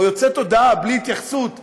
או יוצאת הודעה בלי התייחסות ליהודים,